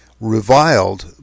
reviled